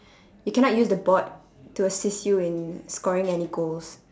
you cannot use the board to assist you in scoring any goals